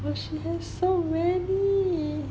but she wants so many